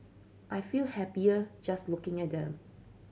I feel happier just looking at them